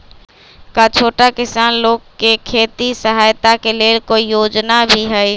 का छोटा किसान लोग के खेती सहायता के लेंल कोई योजना भी हई?